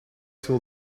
till